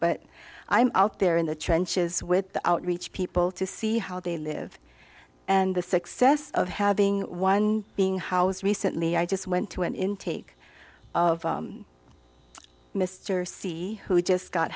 but i'm out there in the trenches with the outreach people to see how they live and the success of having one being house recently i just went to an intake of mr c who just got